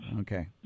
Okay